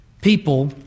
people